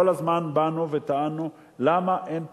כל הזמן באנו וטענו: למה אין פתרון,